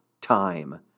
time